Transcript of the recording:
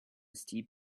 steep